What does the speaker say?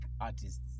artists